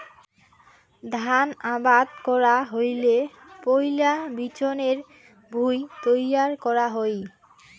ধান আবাদ করা হইলে পৈলা বিচনের ভুঁই তৈয়ার করা হই